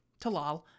Talal